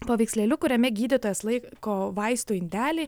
paveikslėliu kuriame gydytojas laiko vaistų indelį